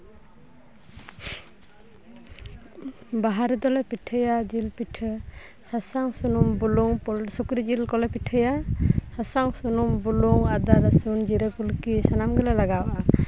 ᱵᱟᱦᱟ ᱨᱮᱫᱚᱞᱮ ᱯᱤᱴᱷᱟᱹᱭᱟ ᱡᱤᱞ ᱯᱤᱴᱷᱟᱹ ᱥᱟᱥᱟᱝ ᱥᱩᱱᱩᱢ ᱵᱩᱞᱩᱝ ᱥᱩᱠᱨᱤ ᱡᱤᱞ ᱠᱚᱞᱮ ᱯᱤᱴᱷᱟᱹᱭᱟ ᱥᱟᱥᱟᱝ ᱥᱩᱱᱩᱢ ᱵᱩᱞᱩᱝ ᱟᱫᱟ ᱨᱟᱹᱥᱩᱱ ᱡᱤᱨᱟᱹ ᱜᱩᱞᱠᱤ ᱥᱟᱱᱟᱢ ᱜᱮᱞᱮ ᱞᱟᱜᱟᱣᱟᱜᱼᱟ